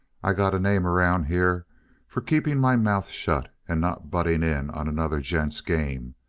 i got a name around here for keeping my mouth shut and not butting in on another gent's game.